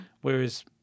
Whereas